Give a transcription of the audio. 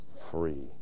free